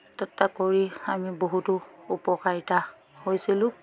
কৰি আমি বহুতো উপকাৰিতা হৈছিলোঁ